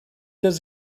does